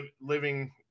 living